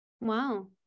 wow